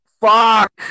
fuck